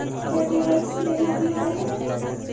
क्या के.वाई.सी देना अनिवार्य है?